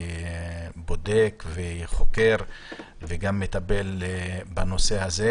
בודק וחוקר וגם מטפל בנושא הזה,